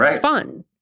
fun